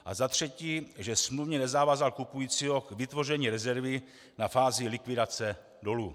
A za třetí, že smluvně nezavázal kupujícího k vytvoření rezervy na fázi likvidace dolu.